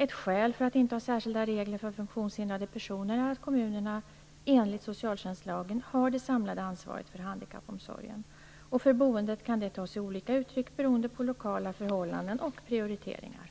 Ett skäl för att inte ha särskilda regler för funktionshindrade personer är att kommunerna enligt socialtjänstlagen har det samlade ansvaret för handikappomsorgen. För boendet kan detta ta sig olika uttryck beroende på lokala förhållanden och prioriteringar.